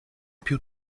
più